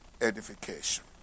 edification